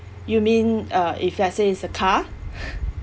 you mean uh if let's say it's a car